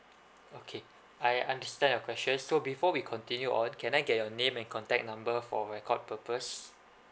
okay I understand your question so before we continue on can I get your name and contact number for record purpose